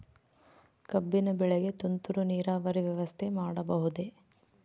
ಕಬ್ಬಿನ ಬೆಳೆಗೆ ತುಂತುರು ನೇರಾವರಿ ವ್ಯವಸ್ಥೆ ಮಾಡಬಹುದೇ?